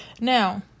Now